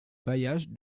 bailliage